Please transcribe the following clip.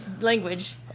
language